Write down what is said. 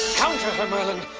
counter her, merlin,